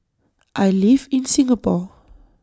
I live in Singapore